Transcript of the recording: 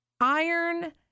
iron